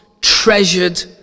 treasured